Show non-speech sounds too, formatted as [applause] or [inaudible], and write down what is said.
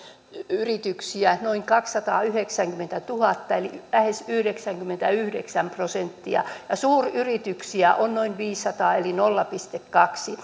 yrityksiä noin kaksisataayhdeksänkymmentätuhatta eli lähes yhdeksänkymmentäyhdeksän prosenttia ja suuryrityksiä on noin viisisataa eli nolla pilkku kaksi [unintelligible]